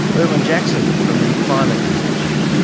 erwin jackson, from the climate institute.